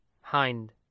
Hind